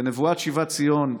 בנבואת שיבת ציון,